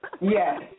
Yes